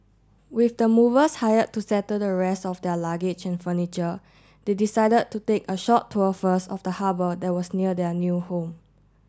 with the movers hire to settle the rest of their luggage and furniture they decided to take a short tour first of the harbour that was near their new home